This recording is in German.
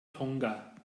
tonga